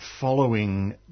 following